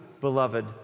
beloved